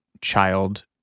child